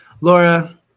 Laura